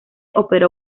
operó